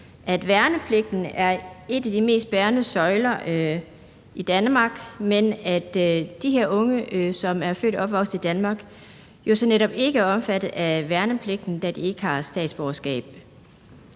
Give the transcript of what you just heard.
at værnepligten er en af de mest bærende søjler i Danmark, men at de her unge, som er født og opvokset i Danmark, jo så netop ikke er omfattet af værnepligten, da de ikke har statsborgerskab.